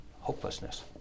hopelessness